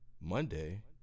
Monday